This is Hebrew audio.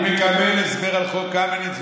אני מקבל הסבר על חוק קמיניץ,